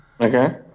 Okay